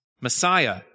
Messiah